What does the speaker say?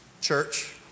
church